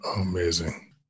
amazing